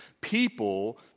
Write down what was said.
people